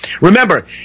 Remember